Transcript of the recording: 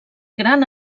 gran